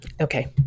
Okay